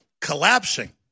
collapsing